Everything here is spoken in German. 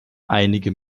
einige